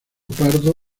pardo